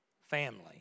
family